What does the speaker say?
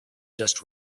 just